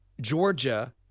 Georgia